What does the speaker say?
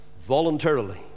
voluntarily